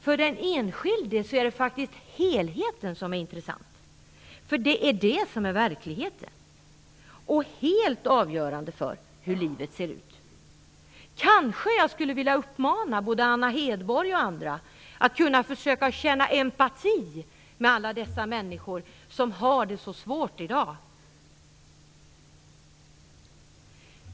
För den enskilde är det faktiskt helheten som är intressant. Det är den som är verkligheten och som är helt avgörande för hur livet ser ut. Kanske skulle jag uppmana både Anna Hedborg och andra att försöka känna empati med alla dessa människor som har det så svårt i dag.